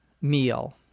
meal